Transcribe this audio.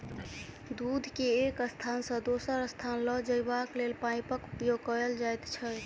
दूध के एक स्थान सॅ दोसर स्थान ल जयबाक लेल पाइपक उपयोग कयल जाइत छै